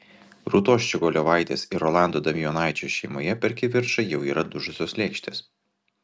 rūtos ščiogolevaitės ir rolando damijonaičio šeimoje per kivirčą jau yra dužusios lėkštės